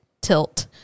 tilt